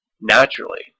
naturally